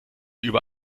über